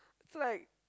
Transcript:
it's like